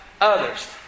others